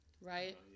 Right